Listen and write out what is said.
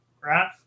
right